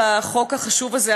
על החוק החשוב הזה,